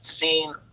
seen